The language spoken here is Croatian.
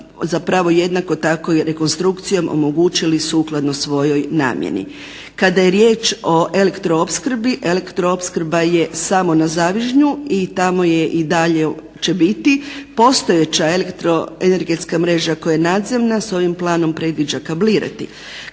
zapravo jednako tako i rekonstrukcijom omogućili svojoj namjeni. Kada je riječ o elektroopskrbi. Elektroopskrba je samo na Zavižnju i tamo je i dalje će biti. Postojeća elektroenergetska mreža koja je nadzemna sa ovim planom predviđa kablirati.